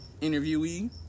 interviewee